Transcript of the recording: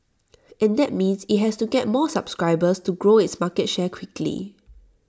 and that means IT has to get more subscribers and grow its market share quickly